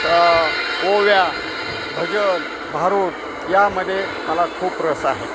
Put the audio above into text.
स ओव्या भजन भारुड यामध्ये मला खूप रस आहे